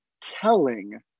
telling